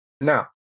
Now